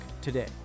today